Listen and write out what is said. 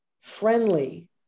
friendly